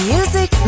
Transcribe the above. Music